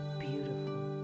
beautiful